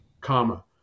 comma